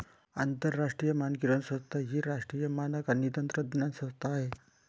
आंतरराष्ट्रीय मानकीकरण संस्था ही राष्ट्रीय मानक आणि तंत्रज्ञान संस्था आहे